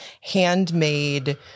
handmade